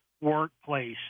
workplace